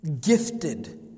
gifted